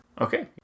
Okay